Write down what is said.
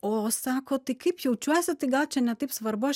o sako tai kaip jaučiuosi tai gal čia ne taip svarbu aš